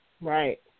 Right